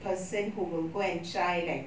person who will go and try like